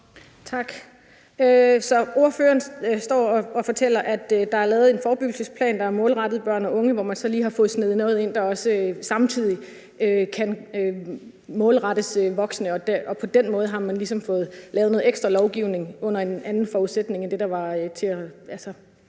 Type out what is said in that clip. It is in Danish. Tak. Så ordføreren står og fortæller, at der er lavet en forebyggelsesplan, der er målrettet børn og unge, og hvor man så lige har fået sneget noget ind, der samtidig kan målrettes voksne. På den måde har man ligesom fået lavet noget ekstra lovgivning under en anden forudsætning end det, der var oplægget